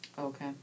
Okay